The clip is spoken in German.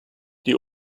die